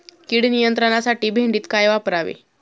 कीड नियंत्रणासाठी भेंडीत काय वापरावे?